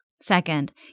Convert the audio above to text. Second